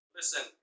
Listen